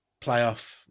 playoff